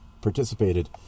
participated